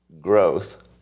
growth